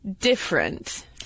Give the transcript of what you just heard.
different